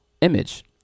image